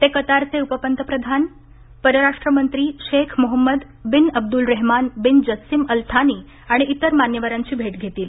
ते कतारचे उपपंतप्रधान परराष्ट्र मंत्री Sheikh Mohammed bin Abdulrahman bin Jassim Al Thani आणि इतर मान्यवरांची भेट घेतील